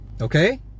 Okay